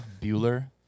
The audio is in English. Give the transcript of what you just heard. Bueller